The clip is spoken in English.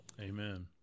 Amen